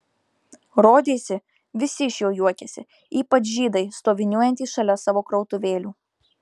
rodėsi visi iš jo juokiasi ypač žydai stoviniuojantys šalia savo krautuvėlių